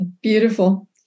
Beautiful